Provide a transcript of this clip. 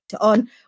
on